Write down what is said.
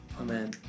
Amen